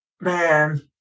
man